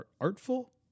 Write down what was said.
artful